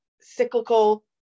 cyclical